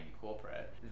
corporate